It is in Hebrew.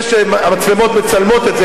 אני מקווה שהמצלמות מצלמות את זה,